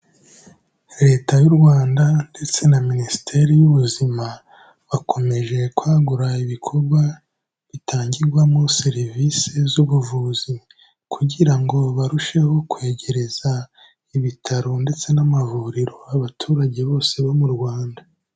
Leta y'u Rwanda ndetse na Minisiteri y'Ubuzima, bakomeje kwagura ibikorwa bitangirwamo serivisi z'ubuvuzi kugira ngo barusheho kwegereza ibitaro ndetse n'amavuriro abaturage bose bo mu Rwanda.